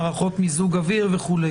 מערכות מיזוג ואוויר וכו'.